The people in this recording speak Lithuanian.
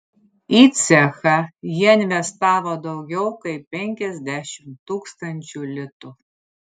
į cechą jie investavo daugiau kaip penkiasdešimt tūkstančių litų